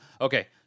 Okay